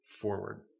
Forward